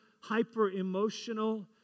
hyper-emotional